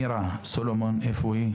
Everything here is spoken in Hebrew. מירה סלומון ממרכז השלטון המקומי,